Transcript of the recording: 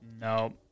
No